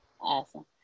Awesome